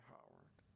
Howard